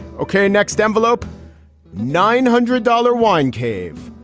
okay. next envelope nine hundred dollars wine cave.